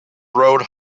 road